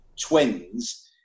twins